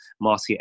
Marcia